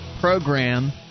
program